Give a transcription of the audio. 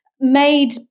made